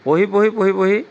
পঢ়ি পঢ়ি পঢ়ি পঢ়ি